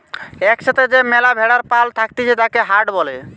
এক সাথে যে ম্যালা ভেড়ার পাল থাকতিছে তাকে হার্ড বলে